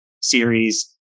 series